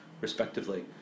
respectively